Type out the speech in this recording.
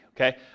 Okay